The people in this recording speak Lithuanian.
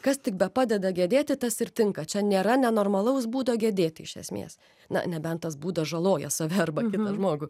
kas tik bepadeda gedėti tas ir tinka čia nėra nenormalaus būdo gedėti iš esmės na nebent tas būdas žaloja save arba kitą žmogų